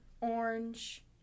orange